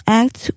act